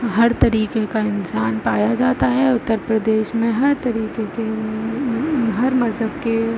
ہر طریقے کا انسان پایا جاتا ہے اتر پردیش میں ہر طریقے کے ہر مذہب کے